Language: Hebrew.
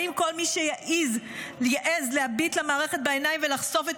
האם כל מי שיעז להביט למערכת בעיניים ולחשוף את